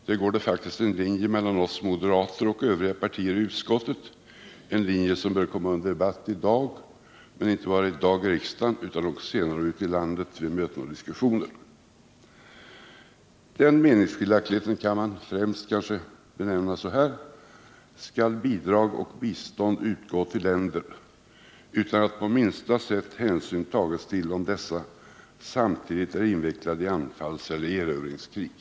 Där går det faktiskt en linje mellan oss moderater och övriga partier i utskottet - en linje som bör komma under debatt i dag, men inte bara i dag här i riksdagen utan också senare ute i landet vid möten och diskussioner. Den meningsskiljaktighet som finns kan man kanske beskriva så här: Skall bidrag och bistånd utgå till länder utan att på minsta sätt hänsyn tas till om dessa länder samtidigt är invecklade i anfallseller erövringskrig?